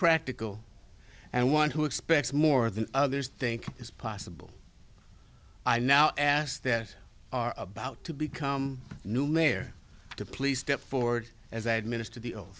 practical and one who expects more than others think is possible i now ask that are about to become new mayor to please step forward as i administer